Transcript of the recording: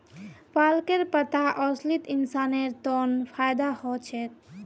पालकेर पत्ता असलित इंसानेर तन फायदा ह छेक